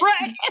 Right